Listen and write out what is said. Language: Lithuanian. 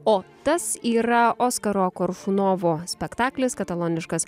o tas yra oskaro koršunovo spektaklis kataloniškas